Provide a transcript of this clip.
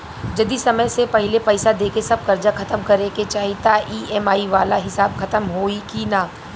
जदी समय से पहिले पईसा देके सब कर्जा खतम करे के चाही त ई.एम.आई वाला हिसाब खतम होइकी ना?